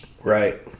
Right